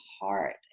heart